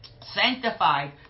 sanctified